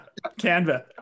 Canva